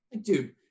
Dude